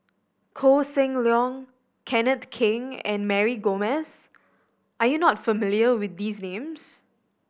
Koh Seng Leong Kenneth Keng and Mary Gomes are you not familiar with these names